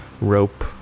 rope